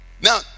now